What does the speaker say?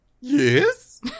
Yes